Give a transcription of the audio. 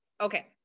Okay